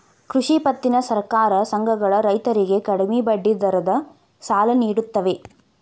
ಕೃಷಿ ಪತ್ತಿನ ಸಹಕಾರ ಸಂಘಗಳ ರೈತರಿಗೆ ಕಡಿಮೆ ಬಡ್ಡಿ ದರದ ಸಾಲ ನಿಡುತ್ತವೆ